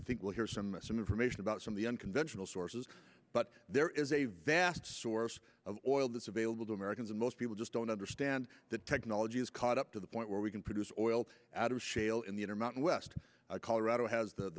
think we'll hear some some information about some of the unconventional sources but there is a vast source of oil that's available to americans and most people just don't understand the technology has caught up to the point where we can produce oil out of shale in the inner mountain west colorado has the